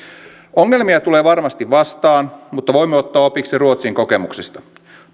ongelmia tulee varmasti vastaan mutta voimme ottaa opiksi ruotsin kokemuksista